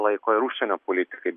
laiko ir užsienio politikai